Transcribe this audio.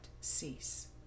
cease